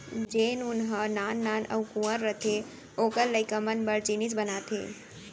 जेन ऊन ह नान नान अउ कुंवर रथे ओकर लइका मन बर जिनिस बनाथे